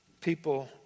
People